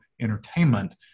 entertainment